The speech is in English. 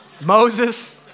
Moses